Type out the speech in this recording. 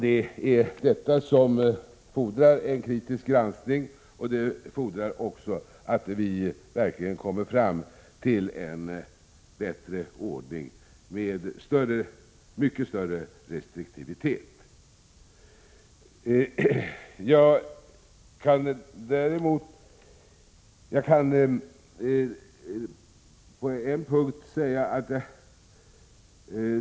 Det är detta som fordrar en kritisk granskning, och det fordrar också att vi verkligen kommer fram till en bättre ordning med mycket större restriktivitet.